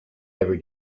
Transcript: every